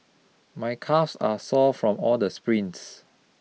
my calves are sore from all the sprints